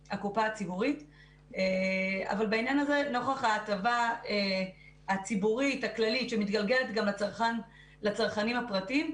אבל נוכח ההטבה הציבורית הכללית שמתגלגלת גם לצרכנים הפרטיים,